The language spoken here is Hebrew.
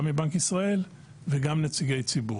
גם מבנק ישראל וגם נציגי ציבור.